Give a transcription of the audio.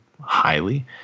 highly